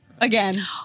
again